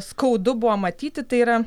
skaudu buvo matyti tai yra